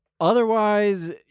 otherwise